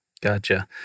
Gotcha